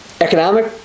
economic